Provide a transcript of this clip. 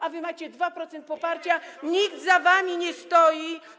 A wy macie 2% poparcia, nikt za wami nie stoi.